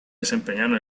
desempeñado